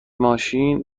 ماشین